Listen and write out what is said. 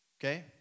Okay